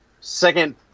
second